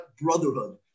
brotherhood